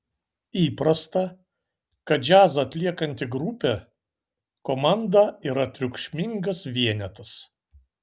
įprasta kad džiazą atliekanti grupė komanda yra triukšmingas vienetas